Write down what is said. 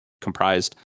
comprised